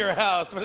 house. but